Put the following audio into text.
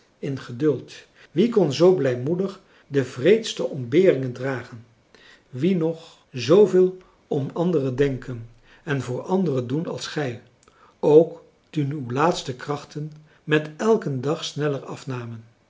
in geduld wie kon zoo blijmoedig de wreedste ontberingen dragen wie nog zooveel om anderen denken en voor anderen doen als gij ook toen uw laatste krachten met elken dag sneller afnamen